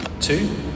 Two